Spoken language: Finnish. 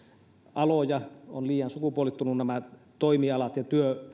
aloja ovat liian sukupuolittuneet nämä toimialat ja